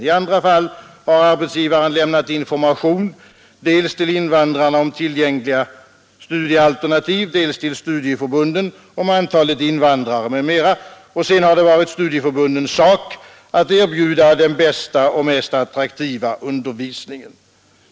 I andra fall har arbetsgivaren lämnat information dels till invandrarna om tillgängliga studiealternativ, dels till studieförbunden om antalet invandrare m.m. Sedan har det varit studieförbundens sak att erbjuda den bästa och mest attraktiva undervisningen.